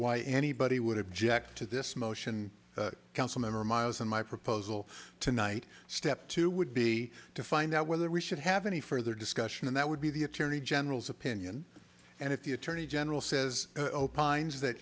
why anybody would object to this motion council member miles and my proposal tonight step two would be to find out whether we should have any further discussion and that would be the attorney general's opinion and if the attorney jenner says opines that